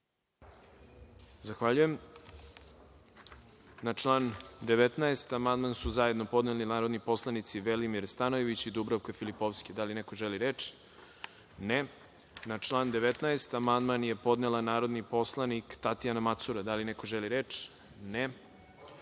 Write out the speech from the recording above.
Zahvaljujem. Na član 19. amandman su zajedno podneli narodni poslanici Velimir Stanojević i Dubravka Filipovski. Da li neko želi reč? (Ne.)Na član 19. amandman je podnela narodni poslanik Tatjana Macura. Da li neko želi reč?